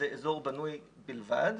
זה אזור בנוי בלבד.